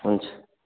हुन्छ